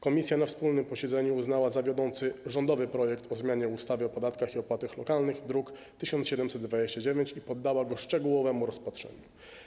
Komisja na wspólnym posiedzeniu uznała za wiodący rządowy projekt o zmianie ustawy o podatkach i opłatach lokalnych, druk nr 1729, i poddała go szczegółowemu rozpatrzeniu.